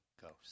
Ghost